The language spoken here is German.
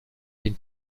den